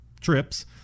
trips